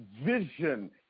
vision